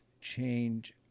change